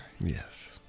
yes